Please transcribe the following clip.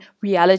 reality